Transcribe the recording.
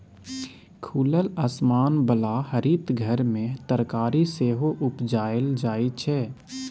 खुलल आसमान बला हरित घर मे तरकारी सेहो उपजाएल जाइ छै